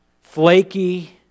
flaky